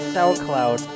SoundCloud